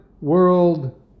world